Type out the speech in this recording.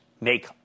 make